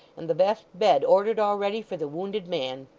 and the best bed ordered already for the wounded man!